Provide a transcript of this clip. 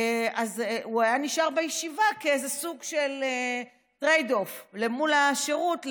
אז הוא נשאר בישיבה כאיזה סוג של trade-off: מול השירות,